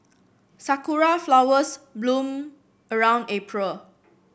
sakura flowers bloom around April